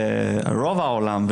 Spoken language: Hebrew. רוב העולם,